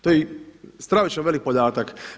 To je stravično velik podatak.